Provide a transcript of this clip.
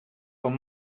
con